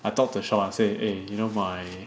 I talk to Sean I say eh you know my